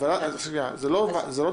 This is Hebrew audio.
וזה דבר שנמצא כאמור בדיון בבית המשפט העליון.